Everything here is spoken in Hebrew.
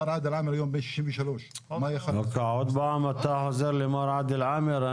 מר עאדל עאמר היום הוא בן 63. עוד פעם אתה חוזר למר עאדל עאמר.